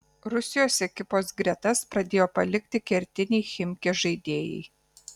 rusijos ekipos gretas pradėjo palikti kertiniai chimki žaidėjai